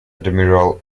admiral